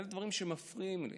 אלה דברים שמפריעים לי